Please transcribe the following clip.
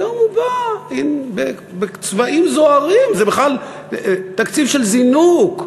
היום הוא בא בצבעים זוהרים: זה בכלל תקציב של זינוק,